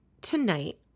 tonight